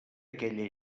aquella